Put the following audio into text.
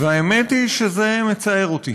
והאמת היא שזה מצער אותי,